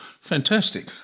fantastic